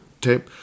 tape